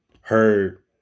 heard